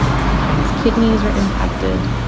sometimes kidneys are impacted.